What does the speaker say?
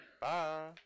Bye